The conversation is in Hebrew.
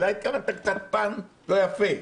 אולי התכוונת קצת פן לא יפה.